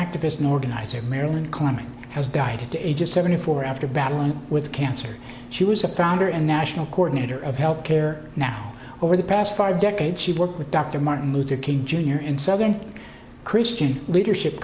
activist an organizer marilyn climbing has died at the age of seventy four after battling with cancer she was a founder and national coordinator of health care now over the past five decades she worked with dr martin luther king jr and southern christian leadership